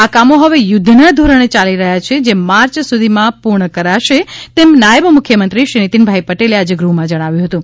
આ કામો હવે યુદ્ધના ધોરણે યાલી રહ્યા છે જે માર્ચ સુધીમાં પૂર્ણ કરાશે તેમ નાયબ મુખ્યમંત્રી શ્રી નીતિનભાઇ પટેલે આજે ગૃહમાં જણાવ્યું હતું